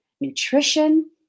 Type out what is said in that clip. nutrition